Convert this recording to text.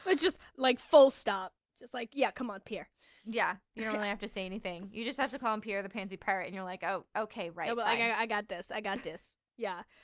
but just like, full stop. just like. yeah, come on pierre yeah, you don't really have to say anything. you just have to call them pierre the pansy pirate and you're like, oh, okay right. but like i got this, i got this. yeah.